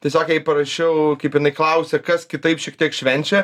tiesiog jai parašiau kaip jinai klausia kas kitaip šiek tiek švenčia